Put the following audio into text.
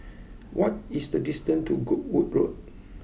what is the distance to Goodwood Road